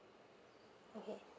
okay